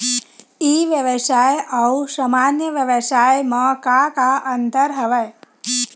ई व्यवसाय आऊ सामान्य व्यवसाय म का का अंतर हवय?